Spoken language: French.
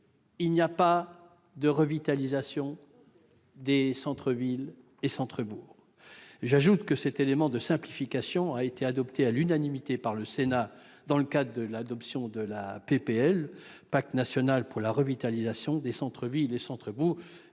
il n'y a pas de revitalisation des centres-villes et des centres-bourgs ! J'ajoute que cet élément de simplification a été adopté à l'unanimité par le Sénat dans le cadre de la proposition de loi portant Pacte national de revitalisation des centres-villes et centres-bourgs.